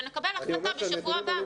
ונקבל החלטה בשבוע הבא.